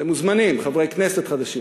אתם מוזמנים, חברי כנסת חדשים,